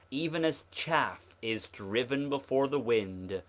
even as chaff is driven before the wind,